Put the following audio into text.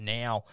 now